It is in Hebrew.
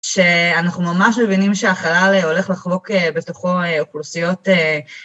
שאנחנו ממש מבינים שהחלל הולך לחבוק בתוכו אוכלוסיות.